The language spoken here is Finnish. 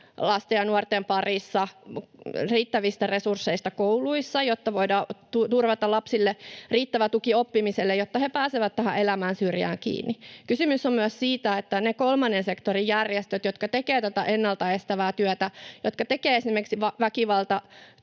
lasten ja nuorten parissa, kuten riittävistä resursseista kouluissa, jotta voidaan turvata lapsille riittävä tuki oppimiselle, jotta he pääsevät elämänsyrjään kiinni. Kysymys on myös siitä, että meidän pitää pitää huolta, että niiden kolmannen sektorin järjestöjen, jotka tekevät ennalta estävää työtä, jotka tekevät esimerkiksi väkivaltatyötä